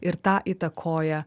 ir tą įtakoja